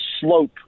slope